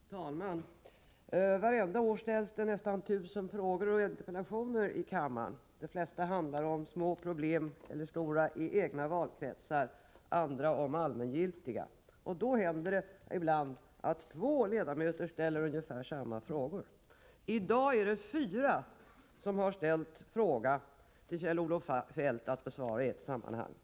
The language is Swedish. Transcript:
Herr talman! Vartenda år ställs det nästan tusen frågor och interpellationer i kammaren. De flesta handlar om små eller stora problem i de egna valkretsarna, andra om allmängiltiga. Då händer det ibland att två ledamöter ställer ungefär samma fråga. I dag är det fyra ledamöter som har ställt frågor till Kjell-Olof Feldt att besvara i ett sammanhang.